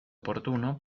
oportuno